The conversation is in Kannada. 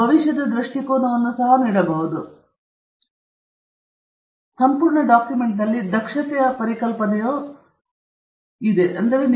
ಉದಾಹರಣೆಗೆ ನಾನು ಎರಡು ಇಂಧನಗಳ ನಡುವಿನ ಎರಡು ಹೋಲಿಕೆಗಳನ್ನು ಮತ್ತು ಒಂದು ಇಂಧನವು ಉತ್ತಮ ಎಂದು ನೀವು ಹೇಳಬಹುದು ಎಂದು ನೀವು ಹೇಳಬಹುದು ಇಂಧನ ಕಾರ್ಯಾಚರಣಾ ಸ್ಥಿತಿಯೆಂದರೆ ನೋಡಬೇಕಾದ ಹೆಚ್ಚುವರಿ ಅಂಶಗಳಲ್ಲಿ ಒಂದಾಗಿದೆ ಎಂದು ನೀವು ಹೇಳಬಹುದು